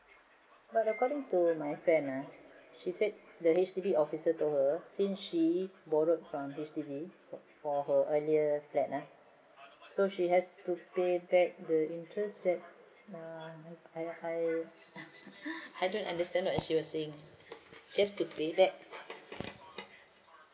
but according to my friend ah she said the H_D_B officer told her since she borrowed from H_D_B for her earlier that ah so she has to pay back the interest that err I I I don't understand what she was saying she has to pay back